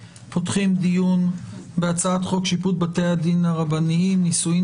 אני מתכבד לפתוח את הדיון בהצעת חוק שיפוט בתי דין רבניים (נישואין